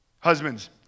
Husbands